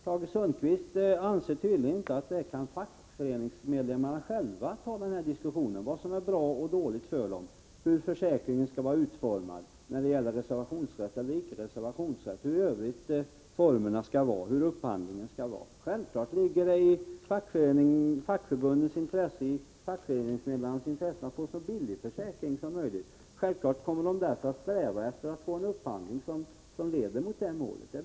Tage Sundkvist anser tydligen inte att fackföreningsmedlemmarna själva kan ta diskussionen om vad som är bra och dåligt för dem, om hur försäkringen skall vara utformad, om frågan om reservationsrätt eller icke reservationsrätt och om formerna för upphandling. Självfallet ligger det i fackförbundens och fackföreningsmedlemmarnas intresse att få en så billig försäkring som möjligt, och självfallet kommer de därför att sträva efter att få en upphandling som leder till det målet.